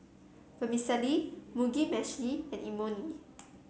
Vermicelli Mugi Meshi and Imoni